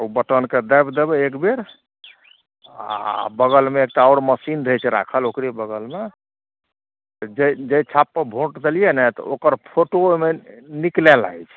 ओ बटनके दाबि देबै एकबेर आओर बगलमे एकटा आओर मशीन रहै छै राखल ओकरे बगलमे जाहि जाहि छापपर वोट देलिए ने तऽ ओकर फोटो ओहिमे निकलै लागै छै